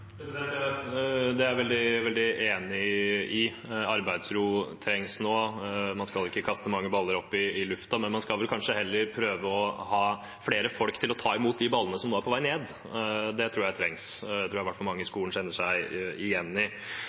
Det er jeg veldig enig i – arbeidsro trengs nå. Man skal ikke kaste mange baller opp i luften, men man skal vel heller prøve å ha flere folk til å ta imot de ballene som nå er på vei ned. Det tror jeg trengs. Det tror jeg i hvert fall mange i skolen kjenner seg igjen i.